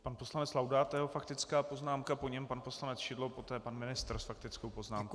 Pan poslanec Laudát a jeho faktická poznámka, po něm pan poslanec Šidlo, poté pan ministr s faktickou poznámkou.